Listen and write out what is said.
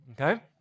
okay